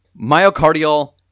myocardial